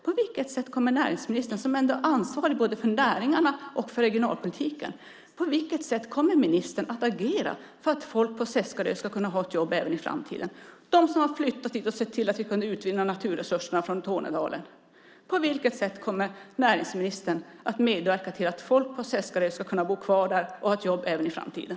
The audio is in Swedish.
På vilket sätt kommer näringsministern, som ändå har ansvaret för både näringarna och regionalpolitiken, att agera för att människor på Seskarö ska kunna ha ett jobb även i framtiden? Det handlar om dem som har flyttat dit för att se till att vi kan utvinna naturresurserna från Tornedalen. På vilket sätt kommer näringsministern att medverka till att människor på Seskarö ska kunna bo kvar där och ha ett jobb även i framtiden?